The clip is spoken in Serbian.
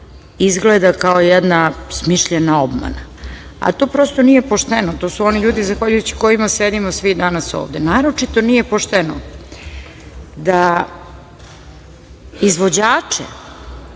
izgleda kao jedna smišljena obmana, a to prosto nije pošteno. To su oni ljudi zahvaljujući kojima sedimo svi danas ovde. Naročito nije pošteno da izvođače,